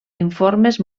informes